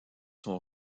son